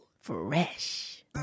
fresh